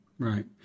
Right